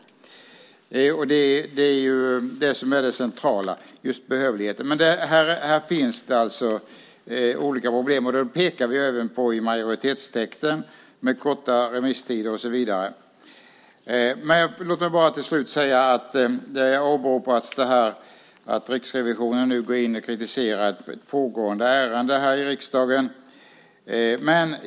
Det är just behövligheten som är det centrala. Här finns det alltså en del problem. Det pekar vi också på i majoritetstexten med korta remisstider och så vidare. Till slut vill jag säga att det har åberopats att Riksrevisionen nu går in och kritiserar ett pågående ärende i riksdagen.